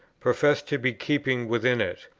profess to be keeping within it.